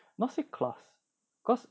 not say class cause